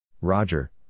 Roger